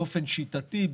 באופן שיטתי,